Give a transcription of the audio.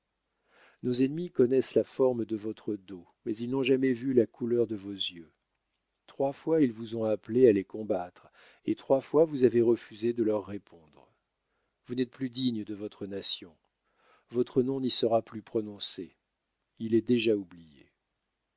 nos ennemis connaissent la forme de votre dos mais ils n'ont jamais vu la couleur de vos yeux trois fois ils vous ont appelé à les combattre et trois fois vous avez refusé de leur répondre vous n'êtes plus digne de votre nation votre nom n'y sera plus prononcé il est déjà oublié